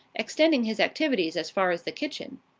extending his activities as far as the kitchen.